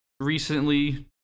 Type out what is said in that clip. Recently